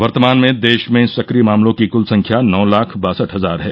वर्तमान में देश में सक्रिय मामलों की कुल संख्या नौ लाख बासठ हजार है